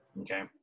Okay